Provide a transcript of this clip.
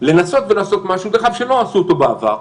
לנסות ולעשות משהו, דרך אגב, שלא עשו אותו בעבר,